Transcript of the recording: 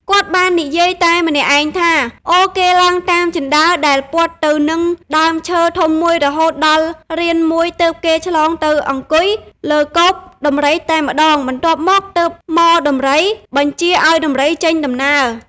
គាត់បាននិយាយតែម្នាក់ឯងថា អូ គេឡើងតាមជណ្តើរដែល ព័ទ្ធទៅនឹងដើមឈើធំមួយរហូតដល់រានមួយទើបគេឆ្លងទៅអង្គុយលើកូប ដំរីតែម្តង បន្ទាប់មកទើបហ្មដំរីបញ្ជាឱ្យដំរីចេញដំណើរ ។